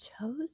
chose